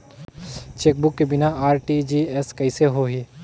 Chequebook के बिना RTGS कइसे होही?